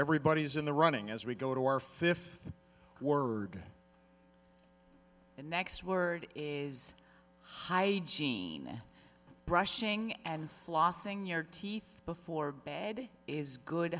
everybody is in the running as we go to our fifth word the next word is hygiene brushing and flossing your teeth before bed is good